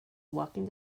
walking